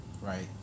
right